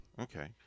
okay